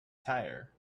tire